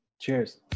cheers